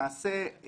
למעשה,